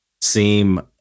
seem